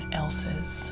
else's